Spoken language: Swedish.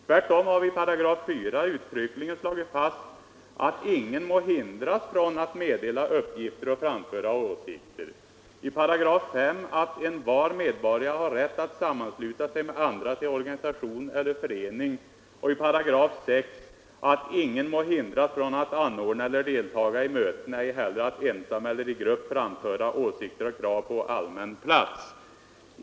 Tvärtom har vi uttryckligen slagit fast, i 4 § att ingen må hindras från att meddela uppgifter och framföra åsikter, i 5 § att envar medborgare ”har rätt att sammansluta sig med andra till organisation eller förening” och i 6 § att ingen ”må hindras från att anordna eller deltaga i möten, ej heller att ensam eller i grupp framföra åsikter och krav på allmän plats ———”.